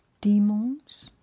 demons